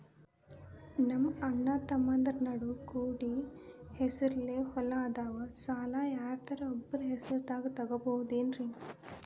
ನಮ್ಮಅಣ್ಣತಮ್ಮಂದ್ರ ನಡು ಕೂಡಿ ಹೆಸರಲೆ ಹೊಲಾ ಅದಾವು, ಸಾಲ ಯಾರ್ದರ ಒಬ್ಬರ ಹೆಸರದಾಗ ತಗೋಬೋದೇನ್ರಿ?